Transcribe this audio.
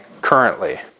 currently